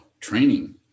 training